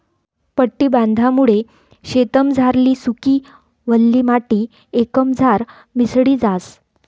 पट्टी बांधामुये शेतमझारली सुकी, वल्ली माटी एकमझार मिसळी जास